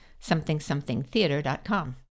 somethingsomethingtheater.com